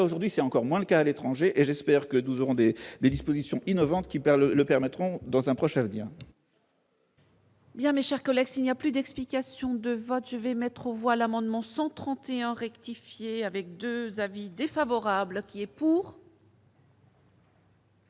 aujourd'hui, c'est encore moins qu'à l'étranger et j'espère que nous aurons des des dispositions innovantes qui perd le le permettront dans un proche avenir.